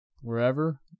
wherever